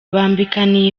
bambikaniye